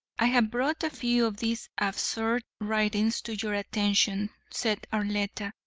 i have brought a few of these absurd writings to your attention, said arletta,